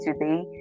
today